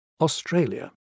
Australia